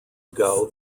ago